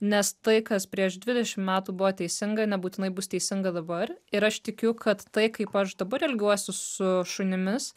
nes tai kas prieš dvidešimt metų buvo teisinga nebūtinai bus teisinga dabar ir aš tikiu kad tai kaip aš dabar elgiuosi su šunimis